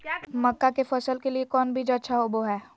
मक्का के फसल के लिए कौन बीज अच्छा होबो हाय?